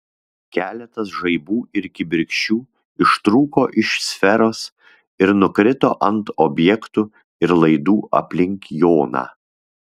keletas žaibų ir kibirkščių ištrūko iš sferos ir nukrito ant objektų ir laidų aplink joną